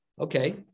Okay